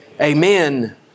Amen